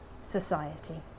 society